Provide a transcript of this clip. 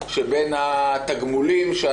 במקום שהוא לא יכול היה לנצל את התקציבים שלו,